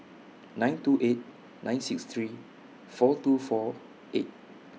nine two eight nine six three four two four eight